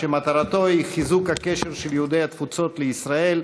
חשש מהתפרצות מחלת החצבת בישראל,